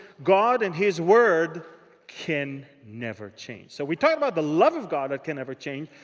god and his word can never change. so, we talked about the love of god that can never change.